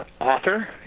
author